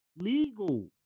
legal